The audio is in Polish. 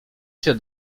się